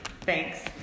Thanks